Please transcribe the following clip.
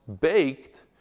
baked